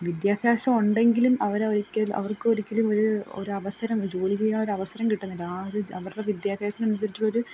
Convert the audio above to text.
വിദ്യഭ്യാസം ഉണ്ടെങ്കിലും അവർ ഒരിക്കൽ അവർക്ക് ഒരിക്കലും ഇവർ ഒരു അവസരം ജോലി ചെയ്യാൻ ഒരു അവസരം കിട്ടുന്നില്ല ആ ഒരു അവരുടെ വിദ്യഭ്യാസത്തിനനുസരിച്ചുള്ള ഒരു